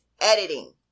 editing